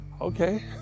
okay